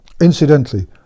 Incidentally